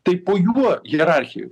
tai po juo hierarchijoj